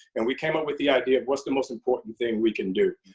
and we came up with the idea of what's the most important thing we can do.